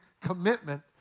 commitment